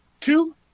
two